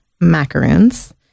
macaroons